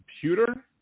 computer